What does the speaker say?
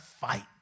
fight